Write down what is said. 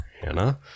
Hannah